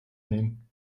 nehmen